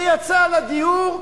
זה יצא על הדיור,